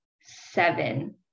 seven